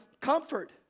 comfort